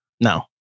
No